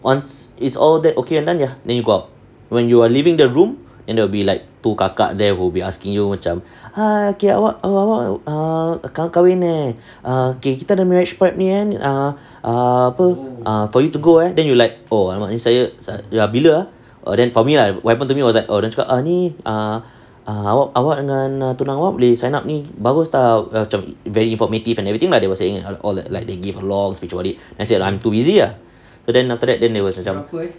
once it's all that okay and then ya then you go out when you are leaving the room and there will be like two kakak there will be asking you macam awak awak kahwin kahwin kita ada marriage prep ni eh err apa for you to go and then you like oh and !alamak! ni saya bila lah then for me right what happened to me was like dorang cakap ni awak dengan tunang awak boleh sign up ni bagus [tau] macam very informative and everything lah they were saying all the like like they a give long speech about it I said I'm too busy ah so then after that then they will shut up